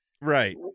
Right